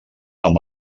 amb